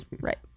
Right